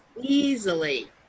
easily